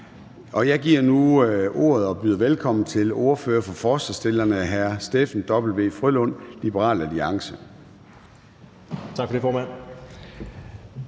Jeg giver nu ordet og byder velkommen til ordføreren for forslagsstillerne, hr. Steffen W. Frølund, Liberal Alliance. Kl.